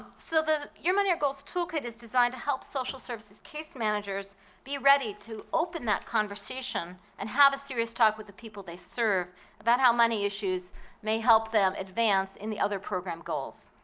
so the your money, your goals toolkit is designed to help social services case managers be ready to open that conversation and have a serious talk with the people they serve about how money issues may help them advance in the other program goals.